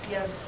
Yes